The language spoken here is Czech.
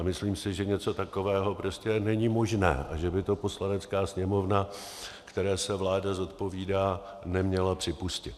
Myslím si, že něco takového není možné a že by to Poslanecká sněmovna, které se vláda zodpovídá, neměla připustit.